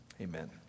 Amen